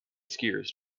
skiers